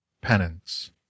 penance